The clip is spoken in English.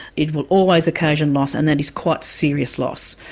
it will always occasion loss and that is quite serious loss,